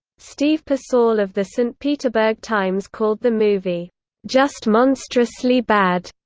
steve persall of the st. peterburg times called the movie just monstrously bad,